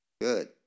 Good